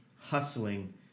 hustling